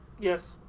Yes